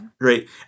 Right